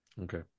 Okay